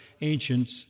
ancients